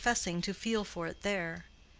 professing to feel for it there.